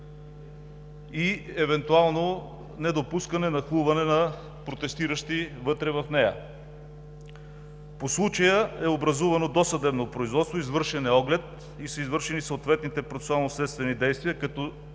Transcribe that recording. и евентуалното недопускане на нахлуване на протестиращи в нея. По случая е образувано досъдебно производство, извършен е оглед и съответните процесуално следствени действия, като